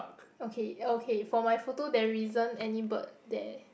okay okay for my photo there isn't any bird there